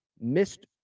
missed